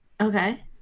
Okay